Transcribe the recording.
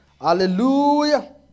Hallelujah